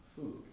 food